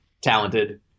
talented